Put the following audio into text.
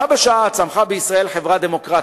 בה בשעה צמחה בישראל חברה דמוקרטית,